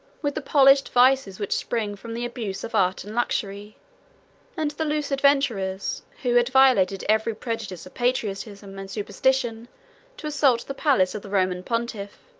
with the polished vices which spring from the abuse of art and luxury and the loose adventurers, who had violated every prejudice of patriotism and superstition to assault the palace of the roman pontiff,